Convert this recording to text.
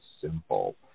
simple